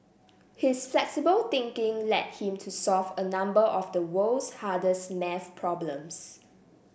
his flexible thinking led him to solve a number of the world's hardest math problems